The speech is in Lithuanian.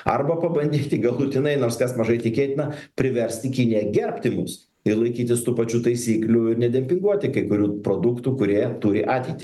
arba pabandyti galutinai nors kas mažai tikėtina priversti kiniją gerbti mus ir laikytis tų pačių taisyklių ir nedempinguoti kai kurių produktų kurie turi ateitį